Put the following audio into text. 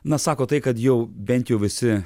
na sako tai kad jau bent jau visi